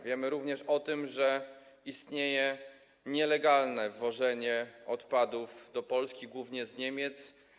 Wiemy również o tym, że istnieje zjawisko nielegalnego wwożenia odpadów do Polski, głównie z Niemiec.